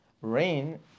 Rain